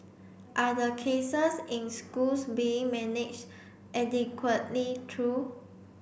are the cases in schools being managed adequately through